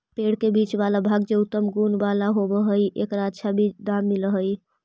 पेड़ के बीच वाला भाग जे उत्तम गुण वाला होवऽ हई, एकर अच्छा दाम मिलऽ हई